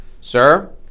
Sir